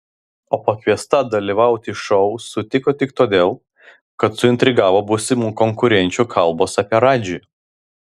o pakviesta dalyvauti šou sutiko tik todėl kad suintrigavo būsimų konkurenčių kalbos apie radžį